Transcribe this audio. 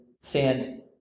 sand